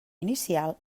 inicial